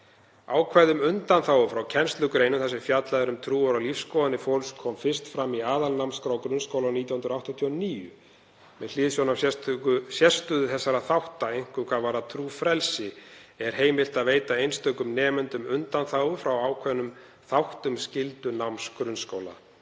Ákvæði um undanþágu frá kennslugreinum þar sem fjallað er um trúar- og lífsskoðanir fólks kom fyrst fram í aðalnámskrá grunnskóla árið 1989. Þar segir: „Með hliðsjón af sérstöðu þessara þátta, einkum hvað varðar trúfrelsi, er heimilt að veita einstökum nemendum undanþágu frá ákveðnum þáttum skyldunáms grunnskóla.